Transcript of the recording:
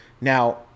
Now